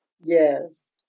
Yes